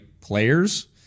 players